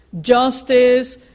justice